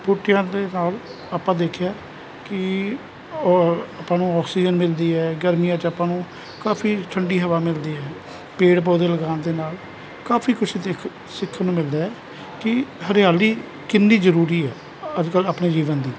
ਬੂਟਿਆਂ ਦੇ ਨਾਲ ਆਪਾਂ ਦੇਖਿਆ ਹੈ ਕੀ ਉਹ ਆਪਾਂ ਨੂੰ ਆਕਸੀਜਨ ਮਿਲਦੀ ਹੈ ਔਰ ਗਰਮੀਆਂ 'ਚ ਆਪਾਂ ਨੂੰ ਕਾਫੀ ਠੰਡੀ ਹਵਾ ਮਿਲਦੀ ਹੈ ਪੇੜ ਪੌਦੇ ਲਗਾਉਣ ਦੇ ਨਾਲ ਕਾਫੀ ਕੁਛ ਦੇਖਣ ਸਿਖਣ ਨੂੰ ਮਿਲਦਾ ਹੈ ਕੀ ਹਰਿਆਲੀ ਕਿੰਨੀ ਜ਼ਰੂਰੀ ਹੈ ਅੱਜ ਕਲ੍ਹ ਆਪਣੇ ਜੀਵਨ ਦੀ